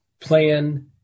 plan